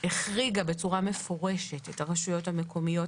החריגה בצורה מפורשת את הרשויות המקומיות,